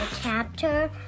chapter